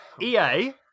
EA